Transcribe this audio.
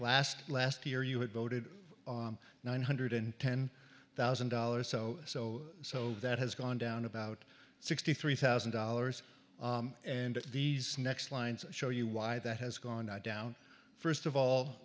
last last year you had voted nine hundred and ten thousand dollars so so so that has gone down about sixty three thousand dollars and these next lines show you why that has gone down first of all